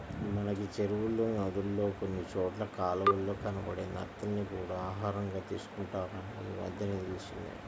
మనకి చెరువుల్లో, నదుల్లో కొన్ని చోట్ల కాలవల్లో కనబడే నత్తల్ని కూడా ఆహారంగా తీసుకుంటారని ఈమద్దెనే తెలిసింది